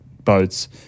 boats